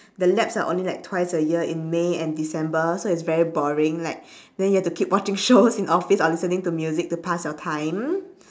the labs are only like twice a year in may and december so it's very boring like then you have to keep watching shows in office or listening to music to pass your time